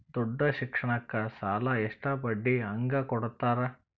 ದೊಡ್ಡ ಶಿಕ್ಷಣಕ್ಕ ಸಾಲ ಎಷ್ಟ ಬಡ್ಡಿ ಹಂಗ ಕೊಡ್ತಾರ?